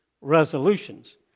resolutions